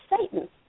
Satan